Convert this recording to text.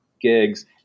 gigs